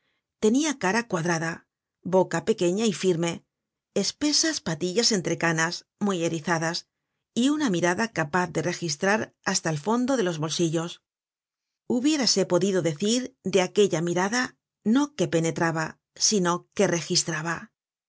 tenia cara cuadrada boca pequeña y firme espesas patillas entrecanas muy erizadas y una mirada capaz de registrar hasta el fondo de los bolsillos hubiérase podido decir de aquella mirada no que penetraba sino que registraba